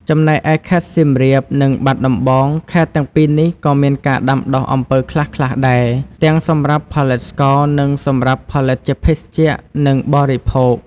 ចំណែកឯខេត្តសៀមរាប និងបាត់ដំបង ខេត្តទាំងពីរនេះក៏មានការដាំដុះអំពៅខ្លះៗដែរ ទាំងសម្រាប់ផលិតស្ករ និងសម្រាប់ផលិតជាភេសជ្ជៈ និងបរិភោគ។